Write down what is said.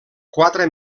quatre